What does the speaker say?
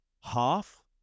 half